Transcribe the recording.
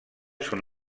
són